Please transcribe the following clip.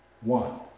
One